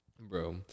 Bro